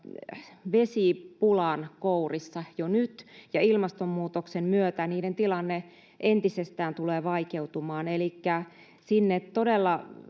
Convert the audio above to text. vesipulan kourissa jo nyt, ja ilmastonmuutoksen myötä niiden tilanne entisestään tulee vaikeutumaan,